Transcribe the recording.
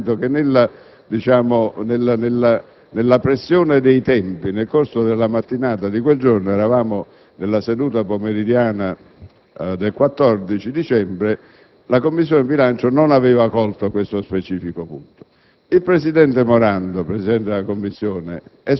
perché vi fosse una valutazione specifica, dal momento che nella pressione dei tempi della mattinata - eravamo nella seduta pomeridiana del 14 dicembre - la Commissione bilancio non aveva colto questo specifico punto.